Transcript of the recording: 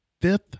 fifth